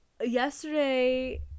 Yesterday